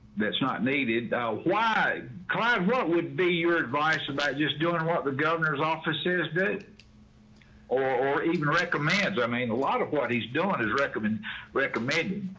that's not needed. why client? what would be your advice about just doing what the governor's office says bit or even recommends? i mean, a lot of what he's doing is recommend recommending